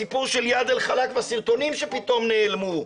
הסיפור של איאד אל חלאק והסרטונים שפתאום נעלמו.